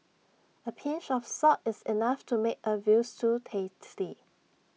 A pinch of salt is enough to make A Veal Stew tasty